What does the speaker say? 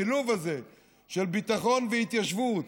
השילוב הזה של ביטחון והתיישבות,